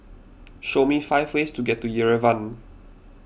show me five ways to get to Yerevan